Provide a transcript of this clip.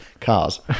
Cars